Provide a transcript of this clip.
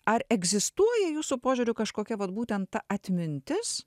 ar egzistuoja jūsų požiūriu kažkokia vat būtent ta atmintis